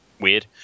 weird